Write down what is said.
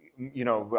you know,